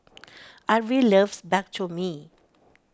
Arvil loves Bak Chor Mee